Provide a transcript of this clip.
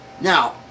Now